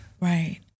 Right